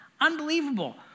unbelievable